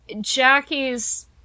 Jackie's